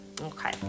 Okay